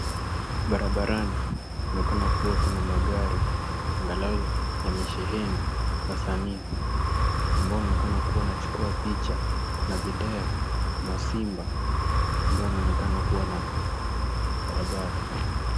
Barabarani, inaonekana kuwa kuna magari angalau yamesheheni wasanii, ambao wanaonekana kuwa wanachukua picha na video na simba ambao wanaonekana kuwa na barabara.